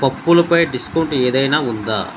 పప్పులపై discount ఏదైనా ఉందా